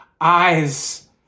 eyes